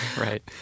right